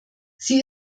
sie